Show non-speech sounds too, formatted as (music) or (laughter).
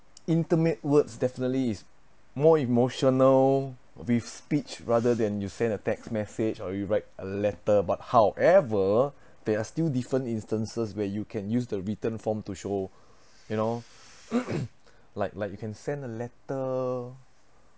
intimate words definitely is more emotional with speech rather than you send a text message or you write a letter but however they are still different instances where you can use the written form to show you know (coughs) like like you can send a letter